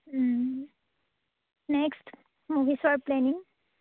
next movie চোৱা planning